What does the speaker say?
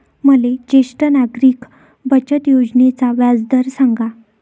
मले ज्येष्ठ नागरिक बचत योजनेचा व्याजदर सांगा